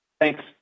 Thanks